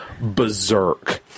berserk